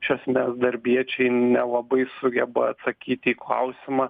iš esmės darbiečiai nelabai sugeba atsakyti į klausimą